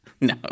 No